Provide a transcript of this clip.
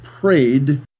prayed